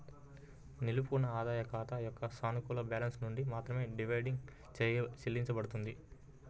నిలుపుకున్న ఆదాయాల ఖాతా యొక్క సానుకూల బ్యాలెన్స్ నుండి మాత్రమే డివిడెండ్ చెల్లించబడుతుంది